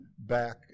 back